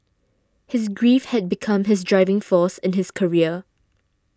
his grief had become his driving force in his career